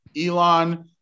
Elon